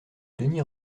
denys